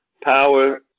power